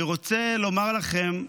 אני רוצה לומר לכם,